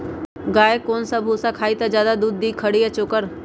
गाय कौन सा भूसा खाई त ज्यादा दूध दी खरी या चोकर?